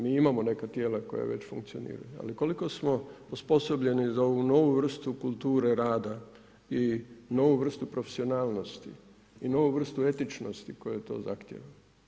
Mi imamo neka tijela koja već funkcioniraju, ali koliko smo osposobljeni za ovu novu vrstu kulture rada i novu vrstu profesionalnosti i novu vrstu etičnosti koja to zahtijeva?